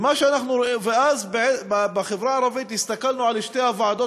ואז בחברה הערבית הסתכלנו על שתי הוועדות